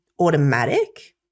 automatic